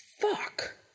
Fuck